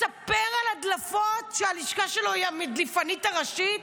מספר על הדלפות שהלשכה שלו היא המדליפנית הראשית.